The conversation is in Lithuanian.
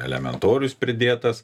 elementorius pridėtas